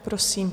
Prosím.